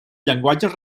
llenguatges